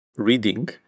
reading